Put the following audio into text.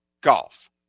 golf